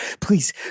please